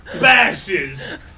bashes